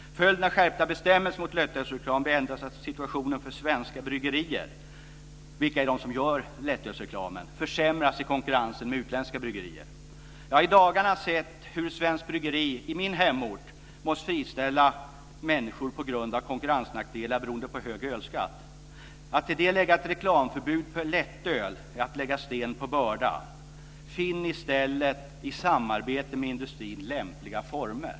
Följden av skärpta bestämmelser mot lättölsreklam blir endast att situationen för svenska bryggerier, som är de som gör lättölsreklamen, försämras i konkurrensen med utländska bryggerier. Jag har i dagarna sett hur ett svenskt bryggeri i min hemort måst friställa människor på grund av konkurrensnackdelar beroende på hög ölskatt. Att till det lägga ett reklamförbud för lättöl är att lägga sten på börda. Finn i stället i samarbete med industrin lämpliga former!